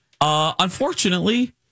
Unfortunately